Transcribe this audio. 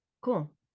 Cool